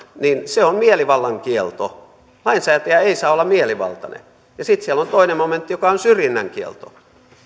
on mielivallan kielto lainsäätäjä ei saa olla mielivaltainen ja sitten siellä on toinen momentti joka on syrjinnän kielto